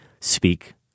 speak